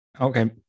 Okay